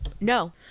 no